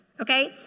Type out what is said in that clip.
Okay